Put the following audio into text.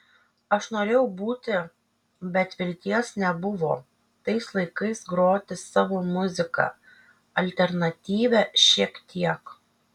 aš norėjau būti bet vilties nebuvo tais laikais groti savo muziką alternatyvią šiek tiek